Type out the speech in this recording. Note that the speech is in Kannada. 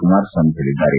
ಕುಮಾರಸ್ವಾಮಿ ಹೇಳಿದ್ದಾರೆ